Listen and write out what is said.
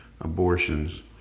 abortions